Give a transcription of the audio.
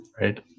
right